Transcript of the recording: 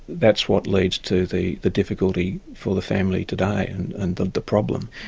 that's what leads to the the difficulty for the family today and and the the problem.